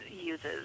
uses